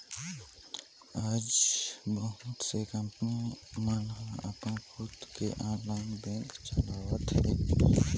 आज बहुत से कंपनी मन ह अपन खुद के ऑनलाईन बेंक चलावत हे